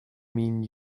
mean